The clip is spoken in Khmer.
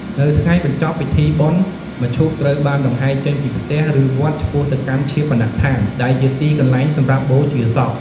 នៅថ្ងៃបញ្ចប់ពិធីបុណ្យ មឈូសត្រូវបានដង្ហែចេញពីផ្ទះ ឬវត្ត ឆ្ពោះទៅកាន់ឈាបនដ្ឋាន ដែលជាទីកន្លែងសម្រាប់បូជាសព។